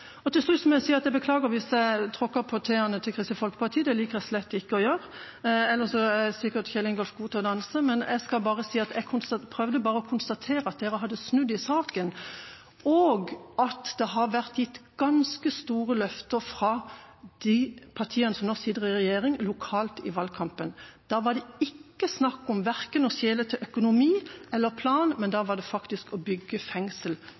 Til slutt må jeg si at jeg beklager hvis jeg tråkket Kristelig Folkeparti på tærne. Det liker jeg slett ikke å gjøre. Ellers er sikkert Kjell Ingolf Ropstad god til å danse. Jeg prøvde bare å konstatere at dere hadde snudd i saken, og at det har vært gitt ganske store løfter fra de partiene som nå sitter i regjering, lokalt i valgkampen. Da var det verken snakk om å skjele til økonomi eller plan, da var det faktisk å bygge fengsel